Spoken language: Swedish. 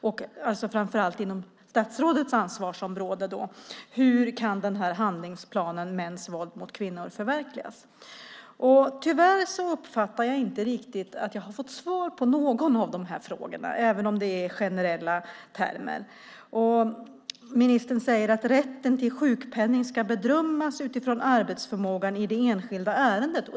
Och när det framför allt gäller statsrådets ansvarsområde frågade jag hur handlingsplanen mot mäns våld mot kvinnor kan förverkligas. Tyvärr tycker jag inte att jag riktigt fått svar på någon av dessa frågor, även om det ges ett svar i generella termer. Ministern säger att rätten till sjukpenning ska bedömas utifrån arbetsförmågan i det enskilda ärendet.